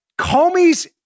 Comey's